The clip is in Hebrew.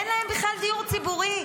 אין להם בכלל דיור ציבורי.